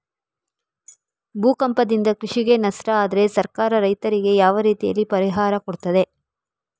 ಭೂಕಂಪದಿಂದ ಕೃಷಿಗೆ ನಷ್ಟ ಆದ್ರೆ ಸರ್ಕಾರ ರೈತರಿಗೆ ಯಾವ ರೀತಿಯಲ್ಲಿ ಪರಿಹಾರ ಕೊಡ್ತದೆ?